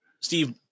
Steve